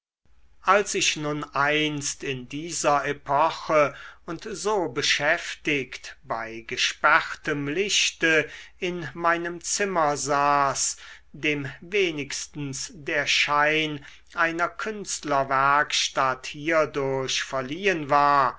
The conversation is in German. als ich nun einst in dieser epoche und so beschäftigt bei gesperrtem lichte in meinem zimmer saß dem wenigstens der schein einer künstlerwerkstatt hierdurch verliehen war